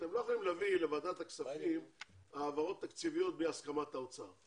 אתם לא יכולים להביא לוועדת הכספים העברות תקציביות בלי הסכמת האוצר,